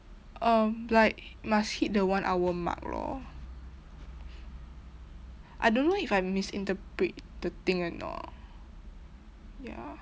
um like must hit the one hour mark lor I don't know if I misinterpret the thing or not ya